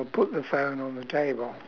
I'll put the phone on the table